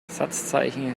satzzeichen